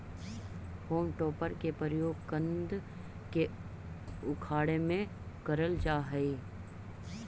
home टॉपर के प्रयोग कन्द के उखाड़े में करल जा हई